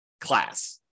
class